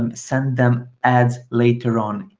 um send them ads later on.